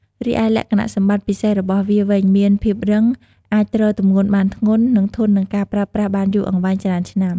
រីឯលក្ខណៈសម្បត្តិពិសេសរបស់វាវិញ មានភាពរឹង អាចទ្រទម្ងន់បានធ្ងន់ និងធន់នឹងការប្រើប្រាស់បានយូរអង្វែង ច្រើនឆ្នាំ។